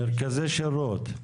מרכזי שירות.